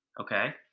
Okay